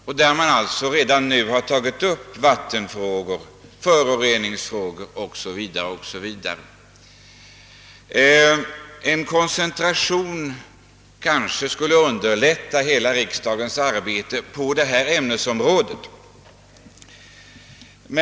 Vi har alltså redan behandlat vattenfrågor, föroreningsfrågor o. s. v. En koncentration kanske skulle underlätta hela riksdagsarbetet inom detta ämnesområde.